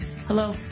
Hello